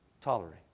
tolerate